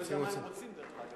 אני לא יודע מה הם רוצים, דרך אגב.